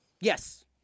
Yes